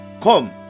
come